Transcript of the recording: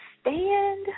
stand